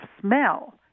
smell